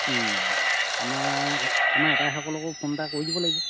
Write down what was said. আমাৰ আমাৰ আতাসকলকো ফোন এটা কৰি দিব লাগিব